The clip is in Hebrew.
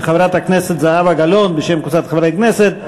וחברת הכנסת זהבה גלאון בשם קבוצת חברי כנסת,